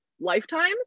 lifetimes